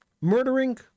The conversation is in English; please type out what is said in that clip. murdering